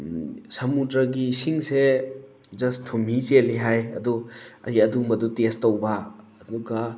ꯁꯃꯨꯗ꯭ꯔꯒꯤ ꯏꯁꯤꯡꯁꯦ ꯖꯁ ꯊꯨꯝꯍꯤ ꯆꯦꯜꯂꯤ ꯍꯥꯏ ꯑꯗꯨ ꯑꯩ ꯑꯗꯨꯝꯕꯗꯣ ꯑꯩ ꯇꯦꯁ ꯇꯧꯕ ꯑꯗꯨꯒ